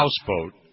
houseboat